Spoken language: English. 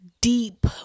deep